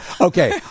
Okay